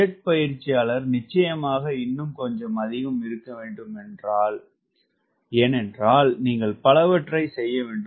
jet பயிற்சியாளர் நிச்சயமாக இன்னும் கொஞ்சம் அதிகமாக இருக்க வேண்டும் ஏனென்றால் நீங்கள் சூழ்ச்சிகள் பலவற்றை செய்ய வேண்டும்